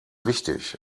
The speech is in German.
wichtig